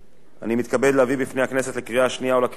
אני מתכבד להביא בפני הכנסת לקריאה השנייה ולקריאה השלישית